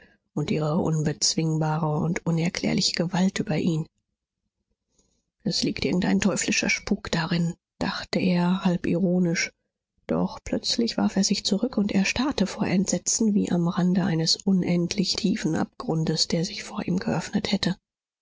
und ihre unbezwingbare und unerklärliche gewalt über ihn es liegt irgendein teuflischer spuk darin dachte er halb ironisch doch plötzlich warf er sich zurück und erstarrte vor entsetzen wie am rande eines unendlich tiefen abgrundes der sich vor ihm geöffnet hätte